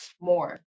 more